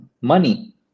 money